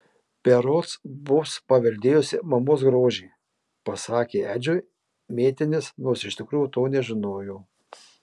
berods bus paveldėjusi mamos grožį pasakė edžiui mėtinis nors iš tikrųjų to nežinojo